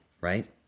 right